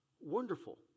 wonderful